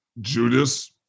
Judas